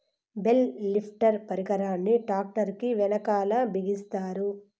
bale lifter పరికరాన్ని tractor కీ వెనకాల బిగిస్తారు